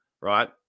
right